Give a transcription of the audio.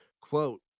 Quote